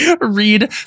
read